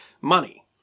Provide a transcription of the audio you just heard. money